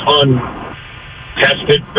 untested